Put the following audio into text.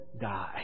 die